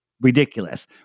ridiculous